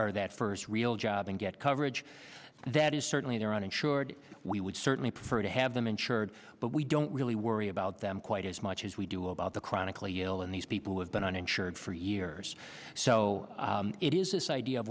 job that first real job and get coverage that is certainly their uninsured we would certainly prefer to have them insured but we don't really worry about them quite as much as we do about the chronically ill and these people have been uninsured for years so it is this idea of